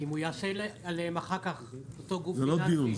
כי אם הוא יעשה עליהם אחר כך אותו גוף פיננסי --- זה לא הדיון.